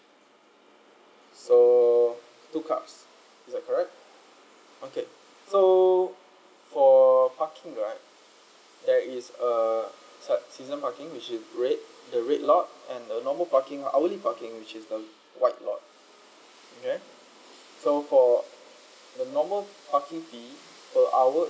so two cars is that correct okay so for parking right there is a season parking which is red the red lot and the normal parking hourly parking which is the white lot okay so for the the normal parking fee per hour